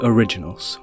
Originals